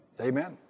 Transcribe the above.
Amen